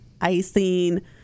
icing